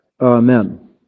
Amen